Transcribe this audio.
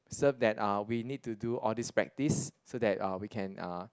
serve that are we need to do all these practice so that uh we can uh